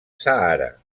sàhara